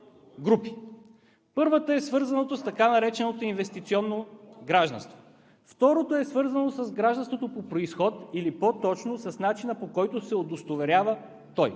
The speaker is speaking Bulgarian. Първата е свързана с така нареченото инвестиционно гражданство. Втората е свързана с гражданството по произход или по-точно с начина, по който се удостоверява той.